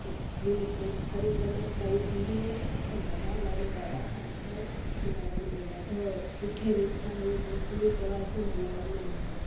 ई लीली परि परिक्रमा शुरू थींदी आहे ऐं ॾाढा माण्हू ॿाहिरां खां ईंदा आहिनि जूनागढ़ में ॾाढो सुठे रीत सां ई मोसमी त्योहार बि मल्हाइण में ईंदा आहिनि